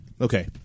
Okay